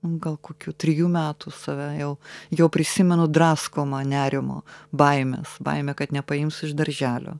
gal kokių trijų metų save jau jau prisimenu draskoma nerimo baimės baimė kad nepaims iš darželio